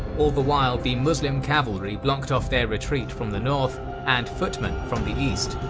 all the while the muslim cavalry blocked off their retreat from the north and footmen from the east.